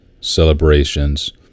celebrations